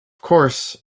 course